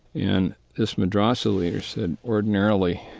and this madrassa leader said ordinarily,